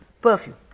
perfume